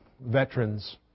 veterans